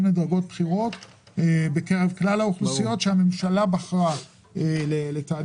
לדרגות בכירות בקרב כלל האוכלוסייה שהממשלה בחרה לתעדף.